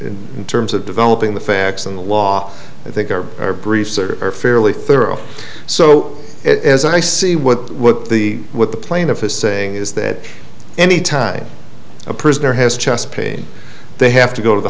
in terms of developing the facts and the law i think our briefs are are fairly thorough so as i see what what the what the plaintiff is saying is that any time a prisoner has chest pain they have to go to the